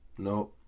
No